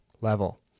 level